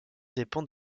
dépend